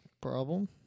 problem